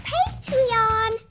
Patreon